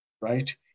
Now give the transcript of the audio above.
right